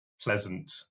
pleasant